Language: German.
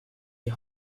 die